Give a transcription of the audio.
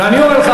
ואני אומר לך,